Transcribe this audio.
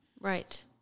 Right